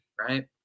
right